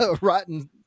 rotten